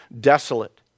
desolate